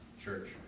Church